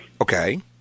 Okay